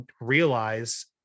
realize